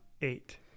eight